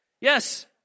Yes